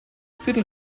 fidel